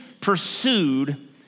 pursued